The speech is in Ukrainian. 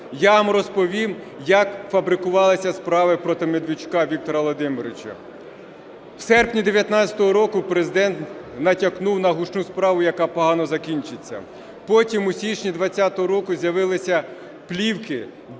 Я вам розповім, як фабрикувалися справи проти Медведчука Віктора Володимировича. В серпні 19-го року Президент натякнув на гучну справу, яка погано закінчиться. Потім, у січні 20-го року, з'явилися плівки,